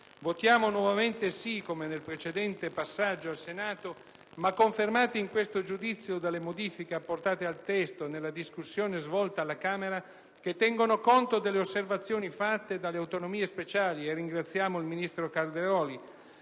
Votiamo nuovamente sì, come nel precedente passaggio al Senato, ma confermati in questo giudizio dalle modifiche apportate al testo nella discussione svoltasi alla Camera dei deputati e che tengono conto delle osservazioni fatte dalle autonomie speciali (e di questo ringraziamo il ministro Calderoli).